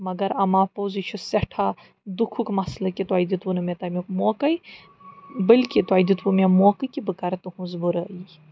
مگر اَماپوٚز یہِ چھُ سٮ۪ٹھاہ دُکھُک مَسلہٕ کہِ تۄہہِ دیُتوٕ نہٕ مےٚ تَمیُک موقعے بٔلکہِ تۄہہِ دِیُتوٕ مےٚ موقعہٕ کہِ بہٕ کَرٕ تُہٕنٛز بُرٲیی